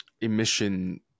emission